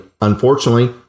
unfortunately